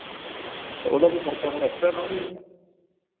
ਅੱਛਾ ਉਹਦਾ ਕੋਈ ਖਰਚਾ ਫਿਰ ਐਕਸਟ੍ਰਾ ਲਉਂਗੇ ਤੁਸੀਂ